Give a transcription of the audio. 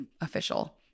official